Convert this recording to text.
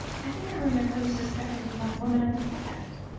i think i remember you suspected a young woman of the theft?